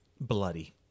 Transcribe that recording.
bloody